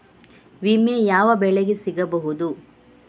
ವಿಮೆ ಯಾವ ಬೆಳೆಗೆ ಸಿಗಬಹುದು?